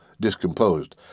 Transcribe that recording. discomposed